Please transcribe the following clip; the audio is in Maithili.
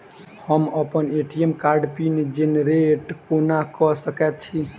हम अप्पन ए.टी.एम कार्डक पिन जेनरेट कोना कऽ सकैत छी?